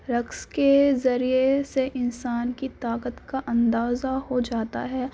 رقص کے ذریعے سے انسان کی طاقت کا اندازہ ہو جاتا ہے